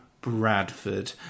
Bradford